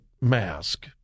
mask